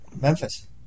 Memphis